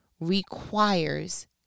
requires